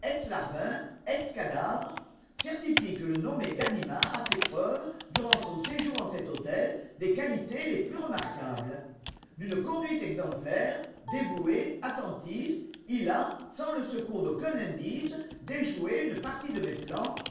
ex larbin ex cadavre certifie que le nommé ganimard a fait preuve durant son séjour en cet hôtel des qualités les plus remarquables d'une conduite exemplaire dévoué attentif il a sans le secours d'aucun indice déjoué une partie de mes plans